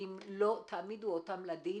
אם לא תעמידו אותם לדין.